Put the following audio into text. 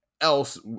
else